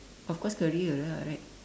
of course career lah right